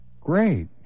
Great